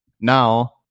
Now